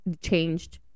changed